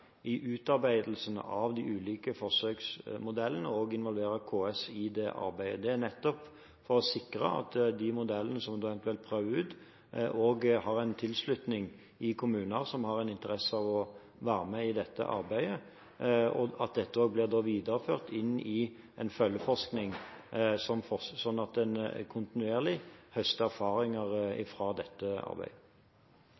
i utarbeidelsen av de ulike forsøksmodellene, og KS involveres i det arbeidet. Det er nettopp for å sikre at de modellene som en da eventuelt prøver ut, har tilslutning i kommuner som har en interesse av å være med i dette arbeidet, og at dette også blir videreført i en følgeforskning, sånn at en kontinuerlig høster erfaringer